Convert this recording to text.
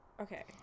Okay